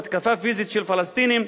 תקיפה פיזית של פלסטינים,